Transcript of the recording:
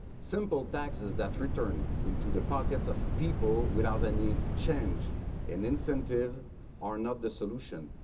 simple taxes that return into the pockets of people without any change and incentive are not the solution.